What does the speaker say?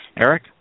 Eric